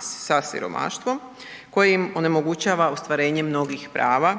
sa siromaštvom koje im onemogućava ostvarenje mnogih prava,